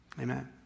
Amen